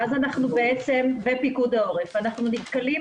ואז אנחנו בעצם בפיקוד העורף אנחנו נתקלים